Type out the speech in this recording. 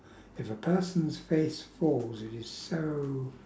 if the person's face falls it is so